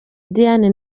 diane